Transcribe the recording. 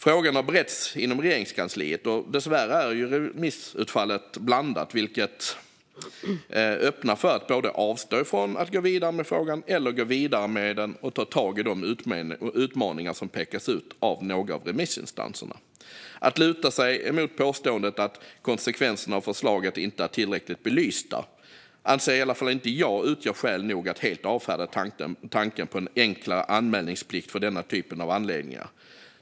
Frågan har beretts inom Regeringskansliet. Dessvärre är remissutfallet blandat, vilket öppnar för att både avstå från att gå vidare med frågan och att gå vidare med den och ta tag i de utmaningar som pekas ut av några remissinstanser. Påståendet att "konsekvenserna av förslaget inte är tillräckligt belysta", som statsrådet lutar sig mot, anser i alla fall inte jag utgör skäl nog att helt avfärda tanken på en enklare anmälningsplikt för denna typ av anläggningar.